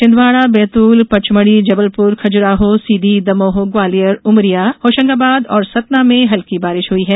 छिंदवाड़ा बैतूल पचमढ़ी जबलपुर खजुराहो सीधी दमोह ग्वालियर उमरिया होशंगाबाद और सतना में हल्की बारिष हुई है